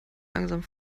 langsam